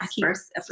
First